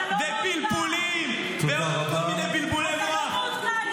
ואני רוצה לומר לכם דבר אחד: הדבר היחיד שאזרחי מדינת